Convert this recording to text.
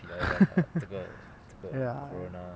ya